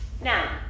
Now